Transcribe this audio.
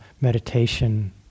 meditation